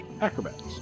Acrobats